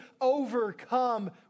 overcome